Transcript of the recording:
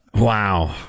Wow